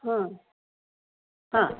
हां हां